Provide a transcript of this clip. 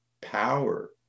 power